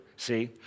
See